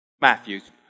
Matthews